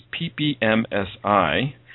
PPMSI